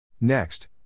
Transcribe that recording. Next